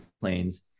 planes